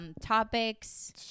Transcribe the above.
Topics